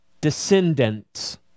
descendants